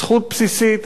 זכות בסיסית,